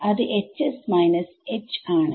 അത് Hs H ആണ്